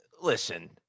Listen